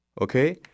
Okay